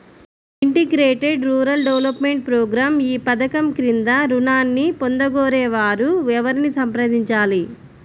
Integrated rural development programme ఈ పధకం క్రింద ఋణాన్ని పొందగోరే వారు ఎవరిని సంప్రదించాలి?